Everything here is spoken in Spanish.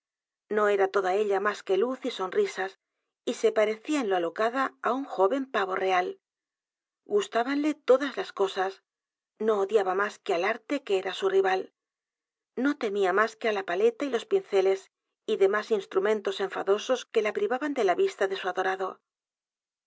no era toda ella más que luz y sonrisas y se parecía en lo alocada a u n joven pavo real gustábanle todas las cosas no odiaba más que al arte que era su rival no temía más que á la paleta y los pinceles y demás instrumentos enfadosos que la privaban de la vista de su adorado